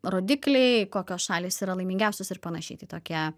rodikliai kokios šalys yra laimingiausios ir panašiai tai tokie